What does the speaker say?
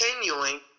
continuing